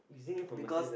because